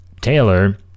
Taylor